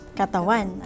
katawan